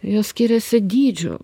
jos skiriasi dydžiu